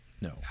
No